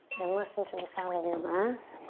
and listen to the sound of your breath.